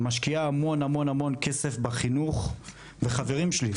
משקיעה המון המון כסף בחינוך וחברים שלי,